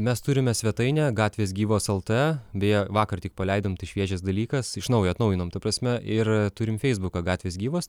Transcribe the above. mes turime svetainę gatvės gyvos lt beje vakar tik paleidom tai šviežias dalykas iš naujo atnaujinom ta prasme ir turim feisbuką gatvės gyvos